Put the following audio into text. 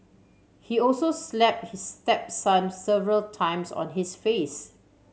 he also slapped his stepson several times on his face